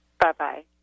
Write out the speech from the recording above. Bye-bye